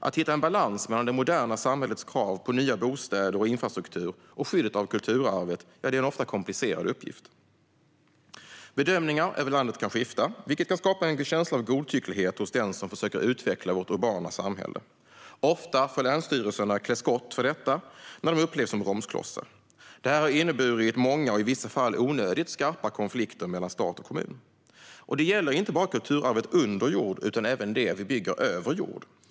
Att hitta en balans mellan det moderna samhällets krav på nya bostäder och infrastruktur och skyddet av kulturarvet är en ofta komplicerad uppgift. Bedömningar över landet kan skifta, vilket kan skapa en känsla av godtycklighet hos den som försöker utveckla vårt urbana samhälle. Ofta får länsstyrelserna klä skott för detta när de upplevs som bromsklossar. Detta har inneburit många och i vissa fall onödigt skarpa konflikter mellan stat och kommun. Detta gäller inte bara kulturarvet under jord utan även det vi bygger över jord.